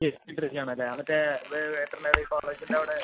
yes ഇട്ടിരിക്കുകയാണല്ലേ ആ മറ്റേ വെറ്ററിനറി കോളേജിൻ്റ അവിടെ